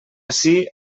ací